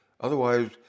Otherwise